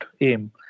aim